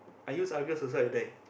I use Argus also I die